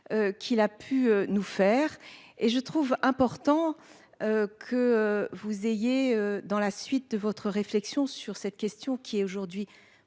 Qu'il a pu nous faire et je trouve important. Que vous ayez dans la suite de votre réflexion sur cette question qui est aujourd'hui